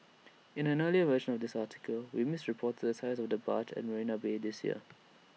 in an earlier version this article we misreported size of the barge at marina bay this year